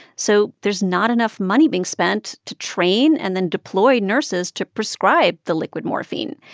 so there's not enough money being spent to train and then deploy nurses to prescribe the liquid morphine.